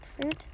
fruit